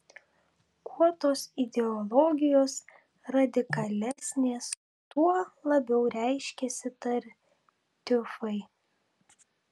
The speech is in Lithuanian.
kuo tos ideologijos radikalesnės tuo labiau reiškiasi tartiufai